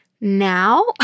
now